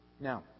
Now